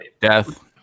Death